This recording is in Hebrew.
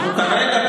למה?